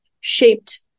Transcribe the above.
shaped